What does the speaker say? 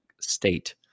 state